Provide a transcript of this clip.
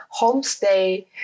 homestay